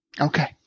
Okay